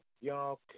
y'all